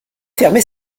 fermé